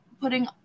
putting